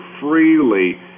freely